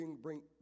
bring